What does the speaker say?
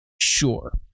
sure